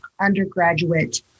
undergraduate